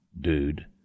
dude